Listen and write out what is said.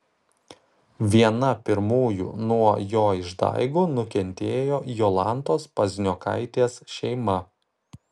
viena pirmųjų nuo jo išdaigų nukentėjo jolantos pazniokaitės šeima